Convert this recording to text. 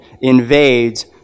invades